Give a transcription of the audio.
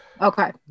Okay